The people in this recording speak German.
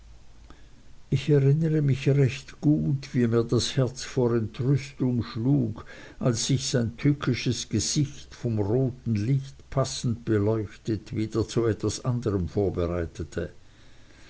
ich erinnere mich recht gut wie mir das herz vor entrüstung schlug als sich sein tückisches gesicht vom roten licht passend beleuchtet wieder zu etwas anderm vorbereitete